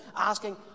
asking